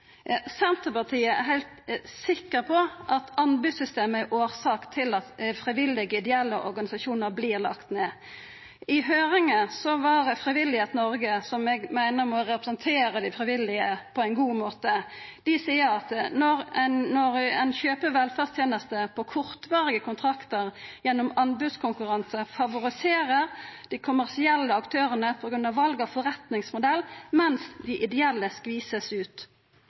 Senterpartiet er heilt sikker på at anbodssystemet er årsak til at frivillige, ideelle organisasjonar vert lagde ned. I høyringa var Frivillighet Norge, som eg meiner må representera dei frivillige på ein god måte. Dei seier at når ein kjøper velferdstenester på kortvarige kontraktar gjennom anbodskonkurranse, favoriserer ein dei kommersielle aktørane på grunn av val av forretningsmodell, mens dei ideelle skvisast ut.